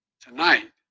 tonight